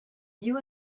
you